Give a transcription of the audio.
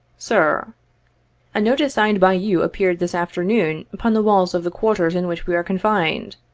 sir a notice signed by you appeared this afternoon, upon the walls of the quarters in which we are confined.